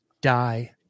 die